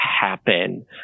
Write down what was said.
happen